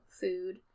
food